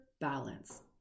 balance